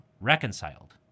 reconciled